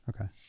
Okay